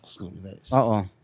Uh-oh